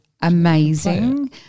Amazing